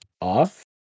off